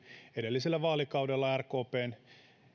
edellisellä vaalikaudella rkpn